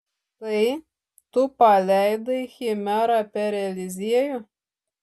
tai tu paleidai chimerą per eliziejų